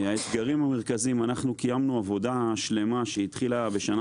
האתגרים המרכזיים אנחנו קיימנו עבודה שלמה שהתחילה בשנה